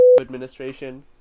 administration